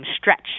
stretch